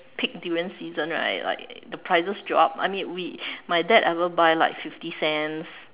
peak durian season right like the prices drop I mean we my dad ever buy like fifty cents